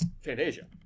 Fantasia